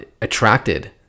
attracted